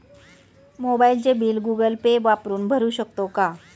मोबाइलचे bill Google Pay वापरून भरू शकतो का?